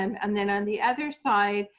and then, on the other side,